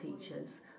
teachers